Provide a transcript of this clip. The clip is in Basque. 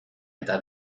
eta